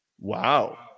Wow